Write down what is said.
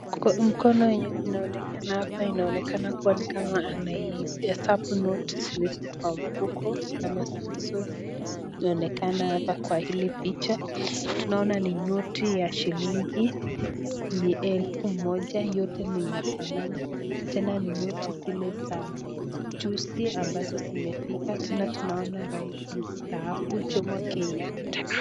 Mkono yenye inaonekana hapa inaonekana kuwa ni kama anahesabu noti zilizo kwa mfuko ama zilizo onekana hapa kwa hili picha. Tunaona ni noti ya shilingi elfu moja, yote inaifanana. Tena ni noti zile za juzi ambazo zimefika. Tena tunaona Rais mstaafu Jomo Kenyatta.